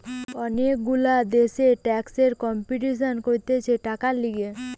অনেক গুলা দেশ ট্যাক্সের কম্পিটিশান করতিছে টাকার লিগে